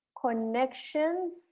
connections